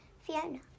Fiona